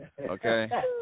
Okay